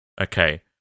Okay